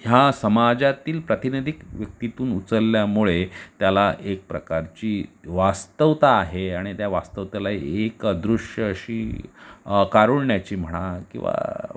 ह्या समाजातील प्रातिनिधिक व्यक्तीतून उचलल्यामुळे त्याला एक प्रकारची वास्तवता आहे आणि त्या वास्तवतेला एक अदृश्य अशी कारुण्याची म्हणा किंवा